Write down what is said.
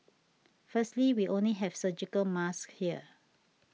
firstly we only have surgical masks here